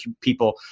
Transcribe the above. people